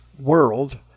world